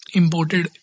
imported